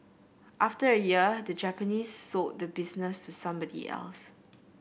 after a year the Japanese sold the business to somebody else